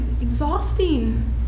exhausting